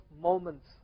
moments